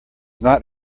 not